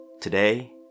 today